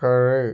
ശരി